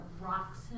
rocks